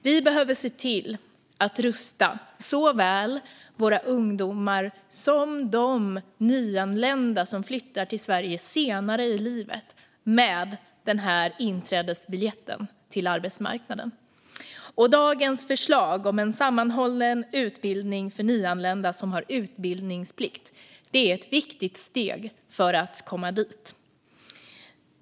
Vi behöver se till att rusta såväl våra ungdomar som de nyanlända som flyttar till Sverige senare i livet med den här inträdesbiljetten till arbetsmarknaden. Dagens förslag om en sammanhållen utbildning för nyanlända som har utbildningsplikt är ett viktigt steg för att komma dit.